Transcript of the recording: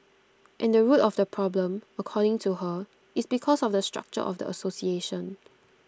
and the root of the problem according to her is because of the structure of the association